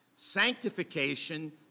Sanctification